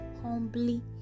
humbly